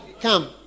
Come